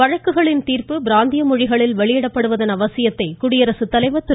வழக்குகளின் தீர்ப்பு பிராந்திய மொழிகளில் வெளியிடப்படுவதன் அவசியத்தை குடியரசுத் தலைவர் திரு